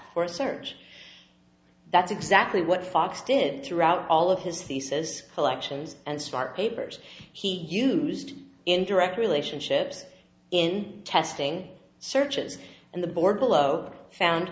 for search that's exactly what fox did throughout all of his thesis collections and start papers he used in direct relationships in testing searches and the board below found